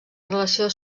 relació